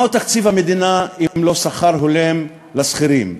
מהו תקציב המדינה אם לא שכר הולם לשכירים?